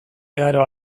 igaro